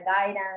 guidance